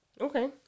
Okay